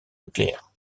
nucléaire